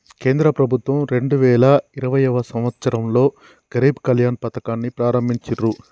కేంద్ర ప్రభుత్వం రెండు వేల ఇరవైయవ సంవచ్చరంలో గరీబ్ కళ్యాణ్ పథకాన్ని ప్రారంభించిర్రు